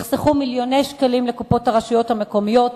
יחסכו מיליוני שקלים לקופות הרשויות המקומיות,